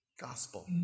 Gospel